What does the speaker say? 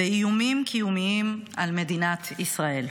ואיומים קיומיים על מדינת ישראל.